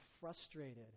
frustrated